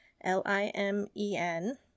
L-I-M-E-N